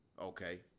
Okay